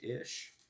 ish